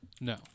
No